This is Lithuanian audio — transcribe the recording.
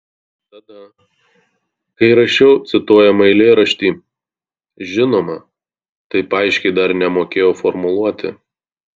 tada kai rašiau cituojamą eilėraštį žinoma taip aiškiai dar nemokėjau formuluoti